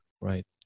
right